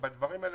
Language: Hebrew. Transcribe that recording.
בדברים האלה,